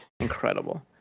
Incredible